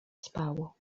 spało